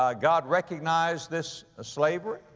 ah god recognize this ah slavery?